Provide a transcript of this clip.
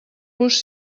vos